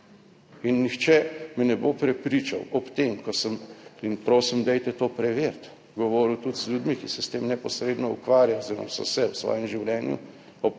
Nihče me ne bo prepričal ob tem, ko sem in prosim, dajte to preveriti, govoril tudi z ljudmi, ki se s tem neposredno ukvarjajo oziroma so se v svojem življenju